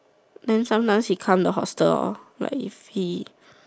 then sometimes he come the hostel lor but if he